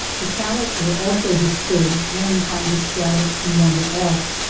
the cattle were also disturbed and inclined to scatter and wander off.